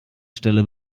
stelle